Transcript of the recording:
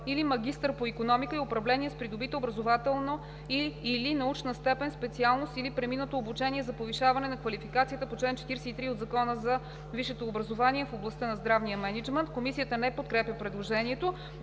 „или магистър по икономика и управление с придобита образователна и/или научна степен, специалност или преминато обучение за повишаване на квалификацията по чл. 43 от Закона за висшето образование в областта на здравния мениджмънт.“ Комисията не подкрепя предложението.